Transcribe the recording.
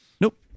nope